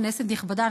כנסת נכבדה,